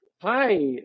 Hi